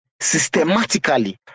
systematically